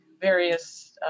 various